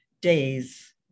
days